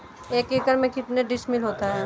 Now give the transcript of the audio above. एक एकड़ में कितने डिसमिल होता है?